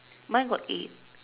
mine got eight